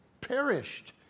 perished